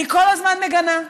אני כל הזמן מגנה.